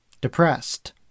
Depressed